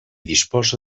disposa